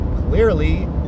clearly